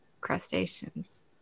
crustaceans